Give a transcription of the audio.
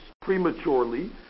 Prematurely